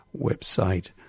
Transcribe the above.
website